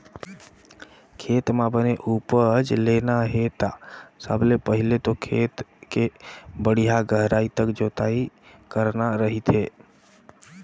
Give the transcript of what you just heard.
खेत म बने उपज लेना हे ता सबले पहिले तो खेत के बड़िहा गहराई तक जोतई करना रहिथे